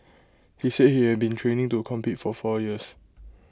he said he had been training to compete for four years